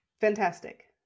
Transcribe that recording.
fantastic